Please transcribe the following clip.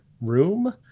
room